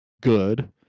good